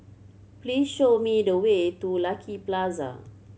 please show me the way to Lucky Plaza